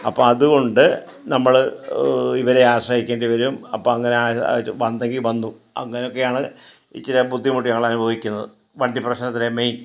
അപ്പം അതുകൊണ്ട് നമ്മൾ ഇവരെ ആശ്രയിക്കേണ്ടി വരും അപ്പം അങ്ങനെ വന്നെങ്കിൽ വന്നു അങ്ങെനയൊക്കെയാണ് ഇച്ചിരി ബുദ്ധിമുട്ടി ഞങ്ങളനുഭവിക്കുന്നത് വണ്ടി പ്രശ്നത്തിന് മെയിൻ